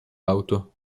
auto